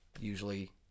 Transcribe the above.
usually